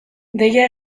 deia